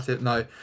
no